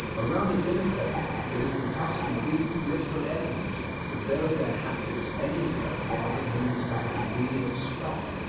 around the dinner table it is the custom of even political enemies to bury their hatchets anywhere rather than in some convenient skull.